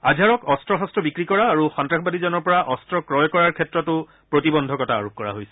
আজহাৰক অস্ত্ৰ শস্ত্ৰ বিক্ৰী কৰা আৰু সন্তাসবাদীজনৰ পৰা অস্ত্ৰ ক্ৰয় কৰাৰ ক্ষেত্ৰতো প্ৰতিবন্ধকতা আৰোপ কৰা হৈছে